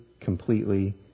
completely